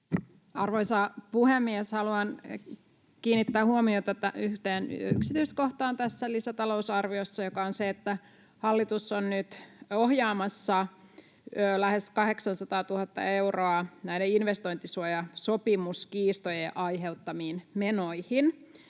Arvoisa puhemies! Haluan kiinnittää tässä lisätalousarviossa huomiota yhteen yksityiskohtaan, joka on se, että hallitus on nyt ohjaamassa lähes 800 000 euroa näiden investointisuojasopimuskiistojen aiheuttamiin menoihin.